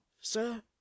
sir